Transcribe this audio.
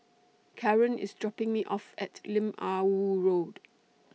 Karyn IS dropping Me off At Lim Ah Woo Road